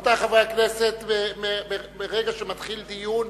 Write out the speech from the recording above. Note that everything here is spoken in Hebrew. רבותי חברי הכנסת, מרגע שמתחיל דיון,